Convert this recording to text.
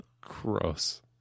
Gross